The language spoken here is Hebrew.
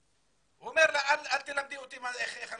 כאשר אנחנו מפנים אצבע מאשימה למדינה ולממשלה